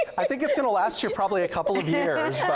i think it's going to last you probably a couple of years,